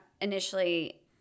initially